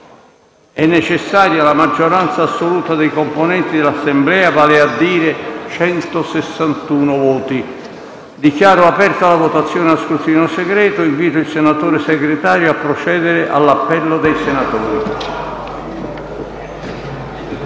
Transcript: è necessaria la maggioranza assoluta dei componenti dell'Assemblea, cioè 161 voti. Dichiaro aperta la votazione a scrutinio segreto. Invito il senatore Segretario provvisorio a procedere all'appello dei senatori